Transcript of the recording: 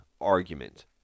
argument